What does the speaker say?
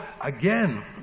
again